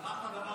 שכחת דבר